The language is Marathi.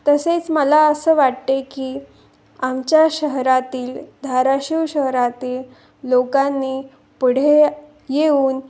तसेच मला असं वाटते की आमच्या शहरातील धाराशिव शहरातील लोकांनी पुढे येऊन